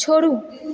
छोड़ू